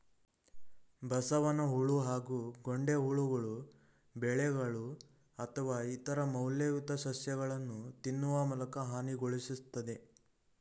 ಬಸವನಹುಳು ಹಾಗೂ ಗೊಂಡೆಹುಳುಗಳು ಬೆಳೆಗಳು ಅಥವಾ ಇತರ ಮೌಲ್ಯಯುತ ಸಸ್ಯಗಳನ್ನು ತಿನ್ನುವ ಮೂಲಕ ಹಾನಿಗೊಳಿಸ್ತದೆ